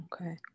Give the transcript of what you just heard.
Okay